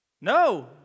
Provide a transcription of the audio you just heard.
No